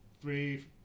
three –